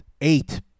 eight